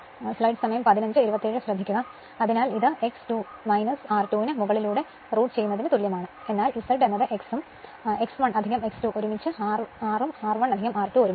അതിനാൽ ഇത് X 2 R 2 ന് മുകളിലൂടെ റൂട്ട് ചെയ്യുന്നതിന് തുല്യമാണ് എന്നാൽ Z എന്നത് X ഉം X1 X2 ഒരുമിച്ച് R ഉം R1 R2 ഒരുമിച്ച്